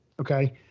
okay